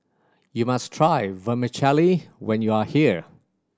you must try Vermicelli when you are here